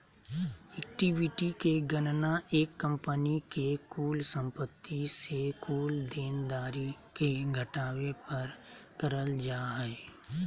equity के गणना एक कंपनी के कुल संपत्ति से कुल देनदारी के घटावे पर करल जा हय